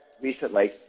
Recently